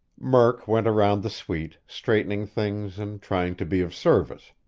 murk went around the suite, straightening things and trying to be of service.